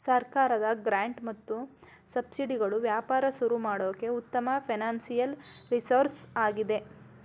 ಸರ್ಕಾರದ ಗ್ರಾಂಟ್ ಮತ್ತು ಸಬ್ಸಿಡಿಗಳು ವ್ಯಾಪಾರ ಶುರು ಮಾಡೋಕೆ ಉತ್ತಮ ಫೈನಾನ್ಸಿಯಲ್ ರಿಸೋರ್ಸ್ ಆಗಿದೆ